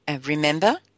Remember